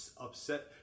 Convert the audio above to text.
upset